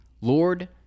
Lord